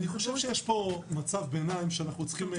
אני חושב שיש פה מצב ביניים שאנחנו צריכים,